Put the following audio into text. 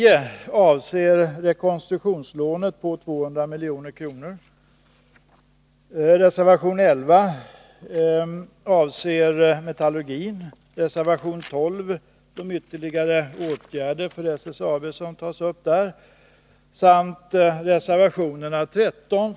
Fru talman!